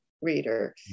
reader